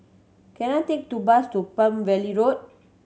can I take to bus to Palm Valley Road